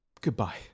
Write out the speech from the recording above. Goodbye